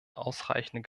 ausreichende